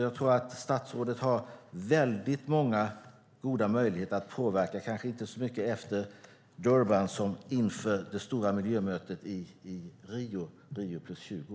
Jag tror att statsrådet har väldigt många goda möjligheter att påverka, kanske inte så mycket efter Durban som inför det stora miljömötet i Rio, Rio + 20.